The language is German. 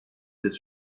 des